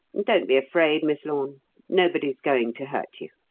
don't be afraid, miss lorne nobody's going to hurt you.